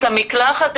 את המקלחת,